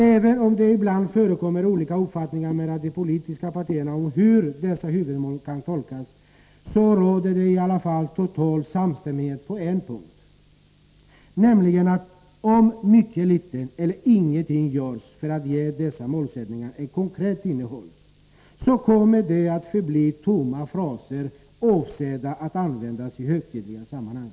Även om det ibland förekommer olika uppfattningar mellan de politiska partierna om hur dessa huvudmål kan tolkas, så råder det i alla fall total samstämmighet på en punkt, nämligen att om mycket litet eller ingenting görs för att ge dessa målsättningar ett konkret innehåll, så kommer de att förbli tomma fraser, avsedda att användas i högtidliga sammanhang.